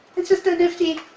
it's just a nifty.